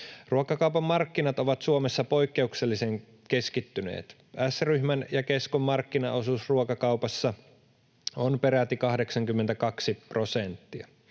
Ruokakaupan markkinat ovat Suomessa poikkeuksellisen keskittyneet: S-ryhmän ja Keskon markkinaosuus ruokakaupassa on peräti 82 prosenttia,